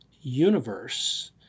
universe